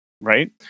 right